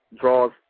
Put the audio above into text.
draws